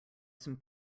some